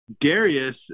Darius